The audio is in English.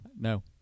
no